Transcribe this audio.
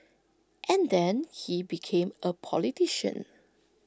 and then he became A politician